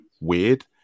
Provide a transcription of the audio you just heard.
weird